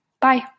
Bye